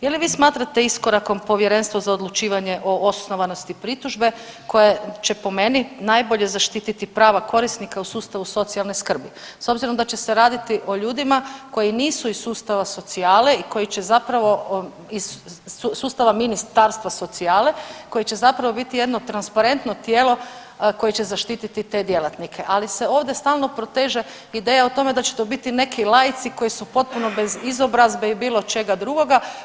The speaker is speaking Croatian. Je li vi smatrate iskorakom Povjerenstva za odlučivanje o osnovanosti pritužbe koja će po meni najbolje zaštiti prava korisnika u sustavu socijalne skrbi s obzirom da će se raditi o ljudima koji nisu iz sustava socijale i koji će zapravo iz sustava ministarstva socijale, koji će zapravo biti jedno transparentno tijelo koje će zaštiti te djelatnike, ali se ovdje stalno proteže ideja o tome da će to biti neki laici koji su potpuno bez izobrazbe i bilo čega drugoga.